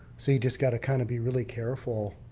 so you just got to kind of be really careful.